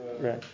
Right